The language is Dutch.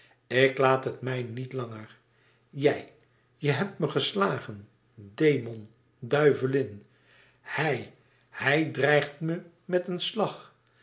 ik laat het mij niet langer jij je hebt me geslagen demon duivelin hij hij dreigt me met een slag